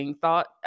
thought